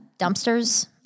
dumpsters